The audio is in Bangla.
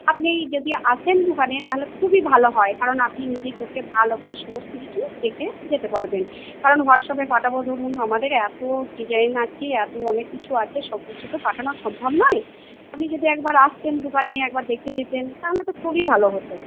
আপনি যদি আসেন দোকানে তাহলে খুবই ভালো হয় কারণ আপনি নিজে চোখে ভালো করে সমস্ত কিছু দেখে যেতে পারবেন কারণ হোয়াটসঅ্যাপে পাঠাবো ধরুন আমাদের এত ডিজাইন আছে এত অনেক কিছু আছে সব কিছু তো পাঠানো সম্ভব নয় আপনি যদি একবার আসতেন দোকানে একবার দেখে যেতেন তাহলে তো খুবই ভালো হত